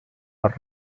per